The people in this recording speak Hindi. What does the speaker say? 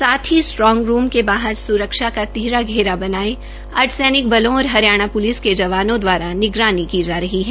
साथ ही रूट्रांग रूम के बाहर सुरक्षा का तिहरा घेरा बनाये अर्धसैनिक बलों और हरियाणा पुलिस के जवानों द्वारा निगरानी की जा रही है